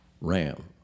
RAM